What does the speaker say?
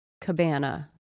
cabana